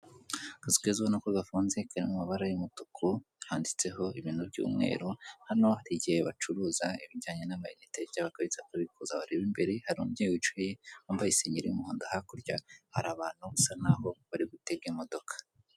Akazu keza ubona ko gafunze kari mumabara y'umutuku, handitseho ibintu by'umweru hano harigihe bacuruza ibijyanye n'amayinite cyangwa bakabitsa bakabikuza. Wareba imbere hari umubyeyi wicaye wambaye isengeri y'umuhondo, hakurya hari abantu basa naho bari gutega imodoka.